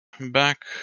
back